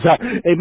Amen